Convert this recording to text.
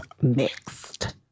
mixed